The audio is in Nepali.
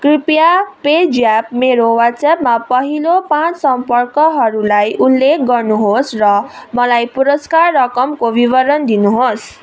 कृपया पे ज्याप मेरो वाट्सएपमा पहिलो पाँच सम्पर्कहरूलाई उल्लेख गर्नुहोस् र मलाई पुरस्कार रकमको विवरण दिनुहोस्